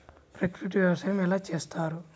ప్రకృతి వ్యవసాయం ఎలా చేస్తారు?